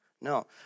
No